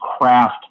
craft